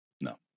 No